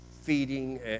feeding